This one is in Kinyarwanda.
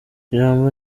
ijambo